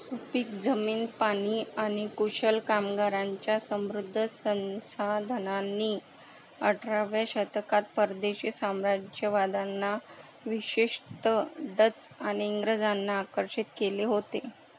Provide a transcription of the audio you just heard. सुपीक जमीन पाणी आणि कुशल कामगारांच्या समृद्ध संसाधनांनी अठराव्या शतकात परदेशी साम्राज्यवादांना विशेषत डच आणि इंग्रजांना आकर्षित केले होते